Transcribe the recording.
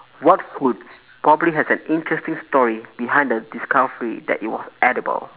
what food probably has an interesting story behind the discovery that it was edible